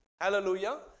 Hallelujah